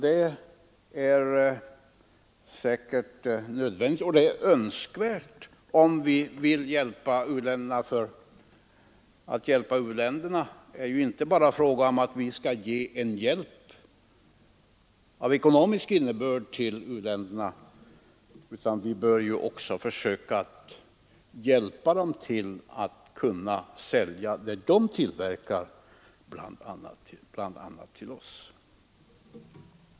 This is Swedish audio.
Det är säkert nödvändigt och önskvärt, om vi vill hjälpa u-länderna. Det är nämligen inte bara fråga om att ge u-länderna en hjälp av ekonomisk innebörd, utan vi bör även försöka hjälpa dem att bl.a. till oss sälja de varor som de tillverkar.